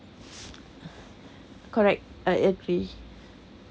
correct I agree